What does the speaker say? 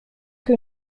que